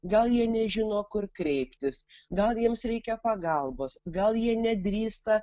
gal jie nežino kur kreiptis gal jiems reikia pagalbos gal jie nedrįsta